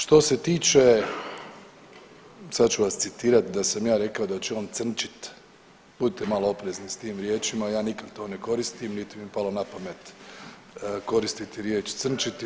Što se tiče, sad ću vas citirati da sam ja rekao da će on „crnčit“, budite malo oprezni s tim riječima, ja nikad to ne koristim niti bi mi palo na pamet koristiti riječ crnčiti.